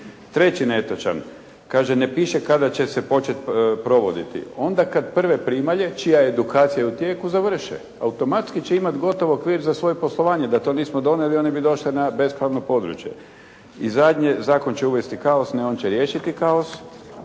Treći netočan, kaže ne piše kada će se početi provoditi. Onda kad prve primalje, čija edukacija je u tijeku, završe. Automatski će imati okvir za svoje poslovanje. Da to nismo donijeli, one bi došle na bespravno područje. I zadnje, zakon će uvesti kaos. Ne, on će riješiti kaos